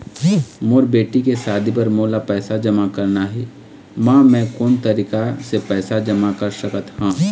मोर बेटी के शादी बर मोला पैसा जमा करना हे, म मैं कोन तरीका से पैसा जमा कर सकत ह?